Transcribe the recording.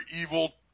evil